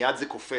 מייד זה קופץ